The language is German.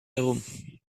herum